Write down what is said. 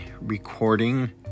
recording